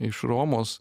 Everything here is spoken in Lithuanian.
iš romos